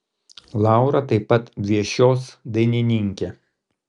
laura taip pat viešios dainininkė